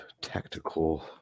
tactical